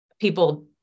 people